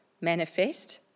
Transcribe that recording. manifest